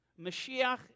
Mashiach